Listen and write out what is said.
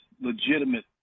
legitimate